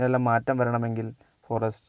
ഇതിനെല്ലാം മാറ്റം വരണമെങ്കിൽ ഫോറെസ്റ്റ്